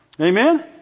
Amen